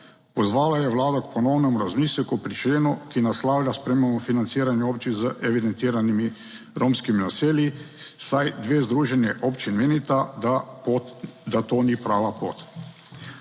Pozvala je vlado k ponovnemu razmisleku pri členu, ki naslavlja spremembo financiranja občin z evidentiranimi romskimi naselji, saj dve združenji občin menita, da to ni prava pot.